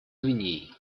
гвинеей